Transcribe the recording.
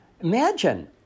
Imagine